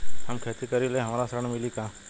हम खेती करीले हमरा ऋण मिली का?